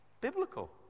Biblical